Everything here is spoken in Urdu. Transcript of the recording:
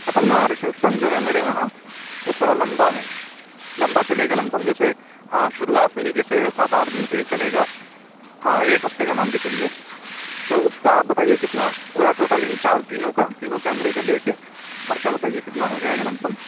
اصل میں وہاں رسپشن جو ہے میرے وہاں وہ تھوڑا لمبا ہے لمبا چلے گا لم سم جیسے ہاں شروعات سے ہی جیسے سات آٹھ دِن سے ہی چلے گا ہاں ایک ہفتے کا مان کے چلیے تو اُس کا آپ بتائیے کتنا پورا ٹوٹل اِن چار تینوں کا تینوں کیمرے کا لے کے خرچہ بتائیے کتنا ہو جائے گا لم سم